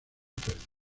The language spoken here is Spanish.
perdido